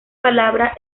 palabra